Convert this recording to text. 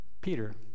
Peter